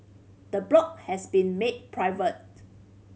the blog has been made private